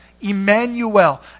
Emmanuel